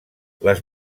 les